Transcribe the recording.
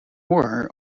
horror